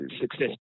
success